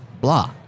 blah